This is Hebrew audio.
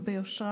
ההייטק,